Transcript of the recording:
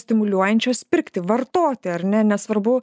stimuliuojančios pirkti vartoti ar ne nesvarbu